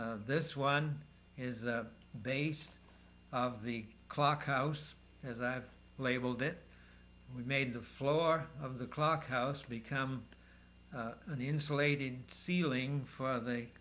this one is the base of the clock house as i've labeled it we made the floor of the clock house to become an insulated ceiling for